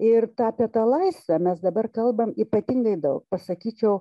ir apie tą laisvę mes dabar kalbam ypatingai daug pasakyčiau